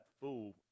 fool